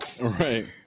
Right